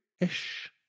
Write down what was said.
ish